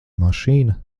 mašīna